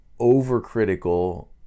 overcritical